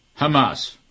Hamas